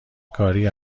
کاری